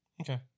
Okay